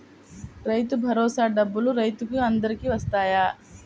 రైతు భరోసా డబ్బులు రైతులు అందరికి వస్తాయా?